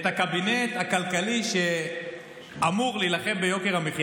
את הקבינט שאמור להילחם ביוקר המחיה,